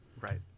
Right